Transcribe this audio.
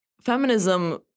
feminism